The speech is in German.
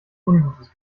ungutes